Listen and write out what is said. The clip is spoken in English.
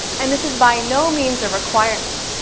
and this is by no means a requirement,